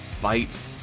bites